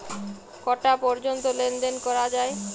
কটা পর্যন্ত লেন দেন করা য়ায়?